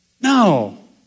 No